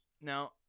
now